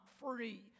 free